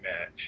match